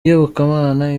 iyobokamana